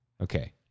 Okay